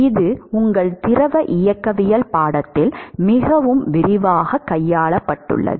இது உங்கள் திரவ இயக்கவியல் பாடத்தில் மிகவும் விரிவாகக் கையாளப்பட்டுள்ளது